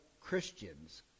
Christians